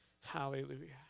Hallelujah